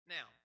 Now